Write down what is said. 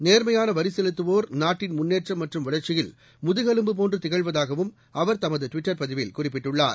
நேர்மையானவரிசெலுத்துவோர் நாட்டின் முன்னேற்றம் மற்றும் வளர்ச்சியில் முதுகெலும்பு போன்றுதிகழ்வதாகவும் அவர் தமதுட்விட்டர் பதிவில் குறிப்பிட்டுள்ளார்